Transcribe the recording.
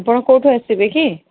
ଆପଣ କୋଉଠୁ ଆସିବେ କି